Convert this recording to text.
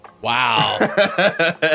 Wow